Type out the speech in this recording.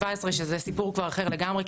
17 שזה סיפור כבר אחר לגמרי,